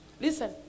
listen